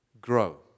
grow